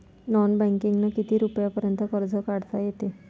Non बँकिंगनं किती रुपयापर्यंत कर्ज काढता येते?